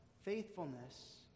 faithfulness